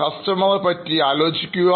കസ്റ്റമർഎന്ന ആളെ പറ്റി ആലോചിക്കുക